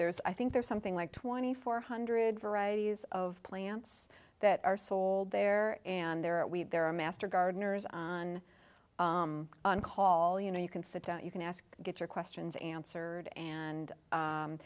there's i think there's something like twenty four hundred varieties of plants that are sold there and there are we there are master gardeners on on call you know you can sit down you can ask get your questions answered and